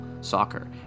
soccer